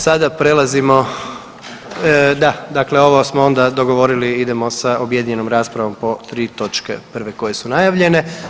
Sada prelazimo, da dakle ovo smo onda dogovorili idemo sa objedinjenom raspravom po tri točke prve koje su najavljene.